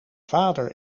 vader